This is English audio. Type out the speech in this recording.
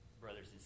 brothers